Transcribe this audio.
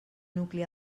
nucli